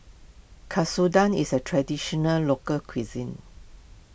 Katsudon is a Traditional Local Cuisine